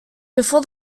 before